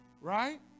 Right